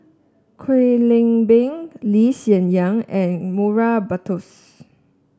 Kwek Leng Beng Lee Hsien Yang and Murray Buttrose